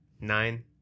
Nine